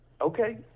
okay